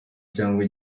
cyangwa